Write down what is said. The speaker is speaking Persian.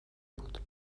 بود